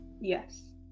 yes